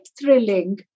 thrilling